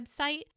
website